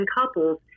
couples